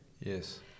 Yes